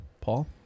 Paul